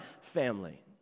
family